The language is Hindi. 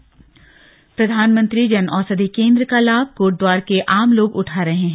जन औषधि योजना प्रधानमंत्री जन औषधि केंद्र का लाभ कोटद्वार के आम लोग उठा रहे हैं